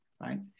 right